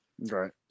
Right